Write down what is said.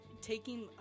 taking